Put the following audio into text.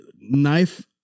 knife